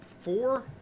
four